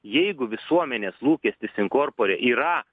jeigu visuomenės lūkestis in corpore yra